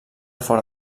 fora